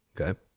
Okay